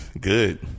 Good